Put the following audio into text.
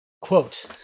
quote